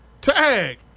Tag